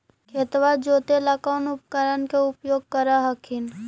खेतबा जोते ला कौन उपकरण के उपयोग कर हखिन?